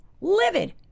livid